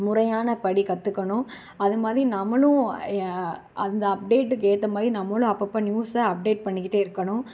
முறையானபடி கற்றுக்கணும் அதுமாதிரி நம்மளும் எ அந்த அப்டேட்டுக்கு ஏற்றமாரி நம்மளும் அப்பப்போ நியூஸை அப்டேட் பண்ணிக்கிட்டே இருக்கணும்